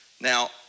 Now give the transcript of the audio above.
Now